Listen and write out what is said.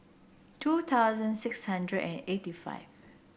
two thousand six hundred and eighty five